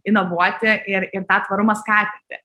inovuoti ir ir tą tvarumą skatinti